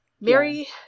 Mary